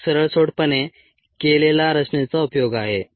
तो एक सरळसोटपणे केलेला रचनेचा उपयोग आहे